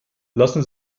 lassen